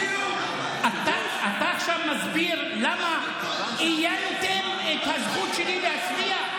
אתה עכשיו מסביר למה איינתם את הזכות שלי להצביע?